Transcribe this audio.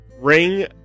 ring